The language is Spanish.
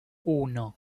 uno